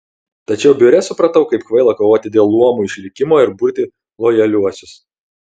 tačiau biure supratau kaip kvaila kovoti dėl luomų išlikimo ir burti lojaliuosius